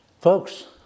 folks